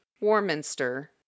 warminster